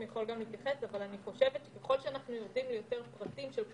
כפי שהן בתוסף מזמן